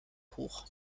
hoch